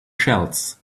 shells